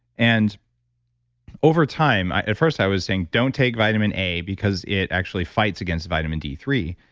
and over time, at first i was saying, don't take vitamin a because it actually fights against vitamin d three,